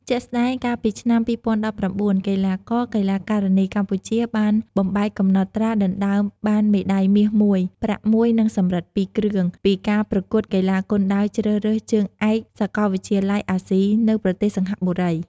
ជាក់ស្តែង កាលពីឆ្នាំ ២០១៩ កីឡាករ-កីឡាការិនីកម្ពុជា បានបំបែកកំណត់ត្រាដណ្តើមបានមេដាយមាស ១ ប្រាក់ ១ និងសំរឹទ្ធ ២ គ្រឿង ពីការប្រកួតកីឡាគុនដាវជ្រើសរើសជើងឯកសាកលវិទ្យាល័យអាស៊ី នៅប្រទេសសិង្ហបុរី។